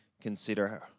consider